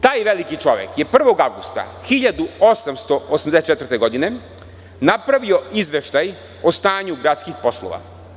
Taj veliki čovek je 1. avgusta 1884. godine napravio izveštaj o stanju gradskih poslova.